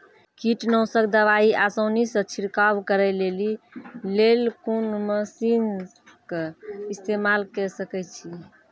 कीटनासक दवाई आसानीसॅ छिड़काव करै लेली लेल कून मसीनऽक इस्तेमाल के सकै छी?